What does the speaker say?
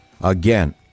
Again